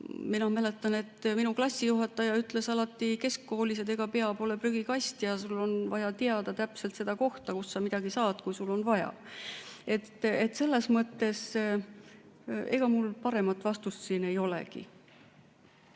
ma mäletan, et minu klassijuhataja ütles meile keskkoolis alati, et ega pea pole prügikast ja sul on vaja teada täpselt seda kohta, kust sa midagi saad, kui sul on vaja. Nii et selles mõttes ega mul paremat vastust siin ei olegi.